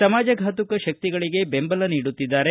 ಸಮಾಜಘಾತುಕ ಶಕ್ತಿಗಳಿಗೆ ಬೆಂಬಲ ನೀಡುತ್ತಿದ್ದಾರೆ